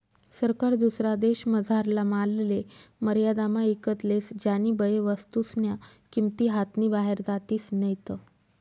सरकार दुसरा देशमझारला मालले मर्यादामा ईकत लेस ज्यानीबये वस्तूस्न्या किंमती हातनी बाहेर जातीस नैत